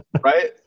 Right